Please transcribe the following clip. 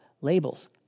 labels